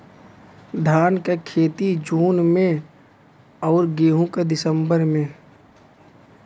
धान क खेती जून में अउर गेहूँ क दिसंबर में?